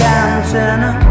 antenna